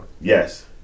Yes